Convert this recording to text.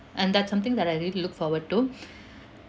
and that's something that I really look forward to